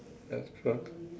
ya true